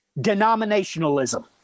denominationalism